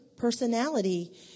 Personality